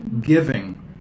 giving